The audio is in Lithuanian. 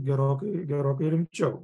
gerokai gerokai rimčiau